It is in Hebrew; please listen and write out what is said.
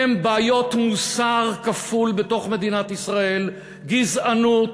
הם בעיות מוסר כפול בתוך מדינת ישראל, גזענות,